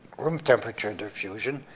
room temperature diffusion,